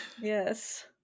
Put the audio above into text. yes